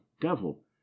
devil